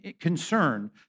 concern